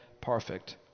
perfect